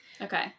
Okay